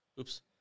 Oops